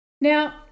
now